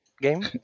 Game